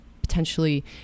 potentially